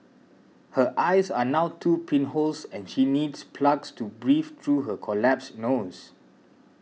her eyes are now two pinholes and she needs plugs to breathe through her collapsed nose